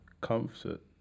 comfort